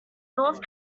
north